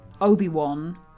Obi-Wan